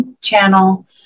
channel